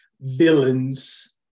villains